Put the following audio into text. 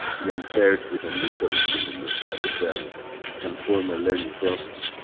when paired with a neutral stimulus like a bell can form a learning process.